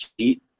cheat